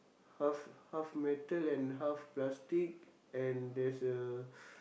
half half metal and half plastic and there's a